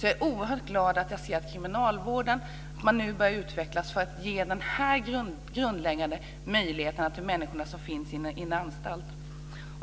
Jag är oerhört glad när jag ser att kriminalvården nu börjar utvecklas för att ge den här grundläggande möjligheten för människorna i en anstalt.